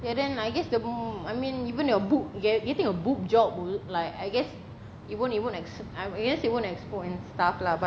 ya then I guess the mo~ I mean even your boob get~ getting a boob job would like I guess you won't you won't ex~ I guess it won't expo and stuff lah but ya